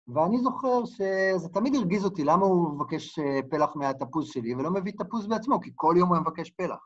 ואני זוכר שזה תמיד הרגיז אותי למה הוא מבקש פלח מהתפוז שלי ולא מביא תפוז בעצמו, כי כל יום הוא מבקש פלח.